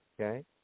Okay